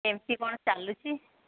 କେମିତି କ'ଣ ଚାଲୁଛି